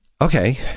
Okay